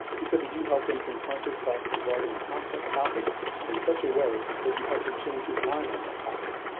he said that you helped him confront his thoughts regarding a complex topic in such a way that you helped him change his mind on that topic.